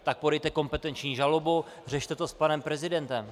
Tak podejte kompetenční žalobu, řešte to s panem prezidentem.